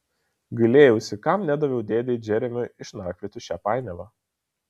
gailėjausi kam nedaviau dėdei džeremiui išnarplioti šią painiavą